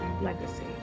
legacy